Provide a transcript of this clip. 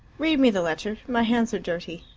read me the letter. my hands are dirty.